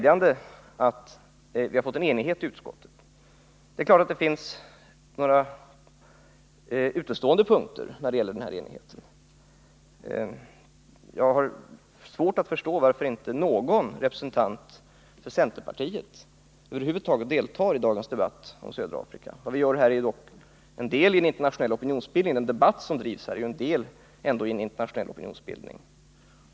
Jag har emellertid svårt att förstå varför inte någon representant för centerpartiet deltar i dagens debatt om Sydafrika. Den debatt som vi för här är dock en del i en internationell opinionsbildning.